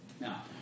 Now